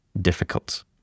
difficult